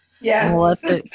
Yes